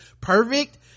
perfect